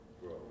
Grow